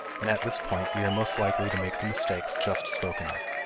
and at this point we are most likely to make the mistakes just spoken of.